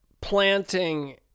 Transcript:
planting